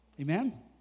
Amen